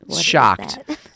shocked